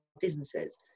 businesses